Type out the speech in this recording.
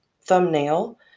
thumbnail